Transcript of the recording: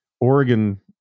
Oregon